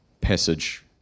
passage